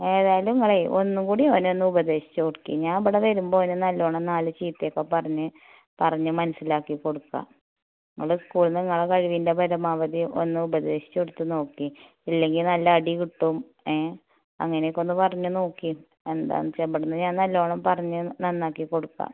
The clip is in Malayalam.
ഏതായാലും നിങ്ങളേ ഒന്നുകൂടി അവനെ ഒന്ന് ഉപദേശിച്ച് നോക്കൂ ഞാൻ ഇവിടെ വരുമ്പോൾ നല്ലോണം നാല് ചീത്തയൊക്കെ പറഞ്ഞ് പറഞ്ഞ് മനസ്സിലാക്കി കൊടുക്കാം നിങ്ങൾ സ്കൂളിൽ നിന്ന് നിങ്ങളെ കഴിവിൻ്റെ പരമാവധി ഒന്ന് ഉപദേശിച്ച് കൊടുത്ത് നോക്കൂ ഇല്ലെങ്കിൽ നല്ല അടി കിട്ടും ഏ അങ്ങനെയൊക്കൊന്ന് പറഞ്ഞ് നോക്കൂ എന്താണെന്നുവെച്ചാൽ ഇവിടുന്ന് ഞാൻ നല്ലോണം പറഞ്ഞ് നന്നാക്കി കൊടുക്കാം